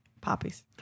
Poppies